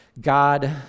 god